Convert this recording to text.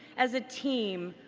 as a team,